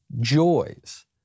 joys